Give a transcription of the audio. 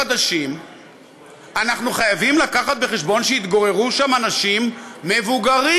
חדשים אנחנו חייבים לקחת בחשבון שיתגוררו שם אנשים מבוגרים,